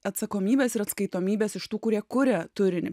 atsakomybės ir atskaitomybės iš tų kurie kuria turinį